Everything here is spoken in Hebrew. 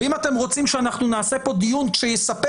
אם אתם רוצים שאנחנו נעשה פה דיון שיספר